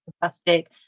fantastic